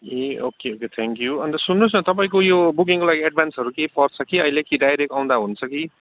ए okay okay thank you अन्त सुन्नुहोस् न तपाईँको यो बुकिङ लागि एडभान्सहरू केही पर्छ कि अहिले कि डाइरेक्ट आउँदा हुन्छ कि